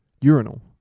Urinal